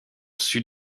sud